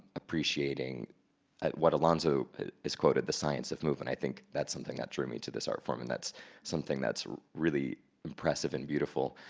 appreciating what alonzo has quoted, the science of movement, and i think that's something that drew me to this art form and that's something that's really impressive and beautiful.